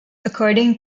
according